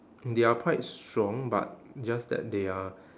they are quite strong but just that they are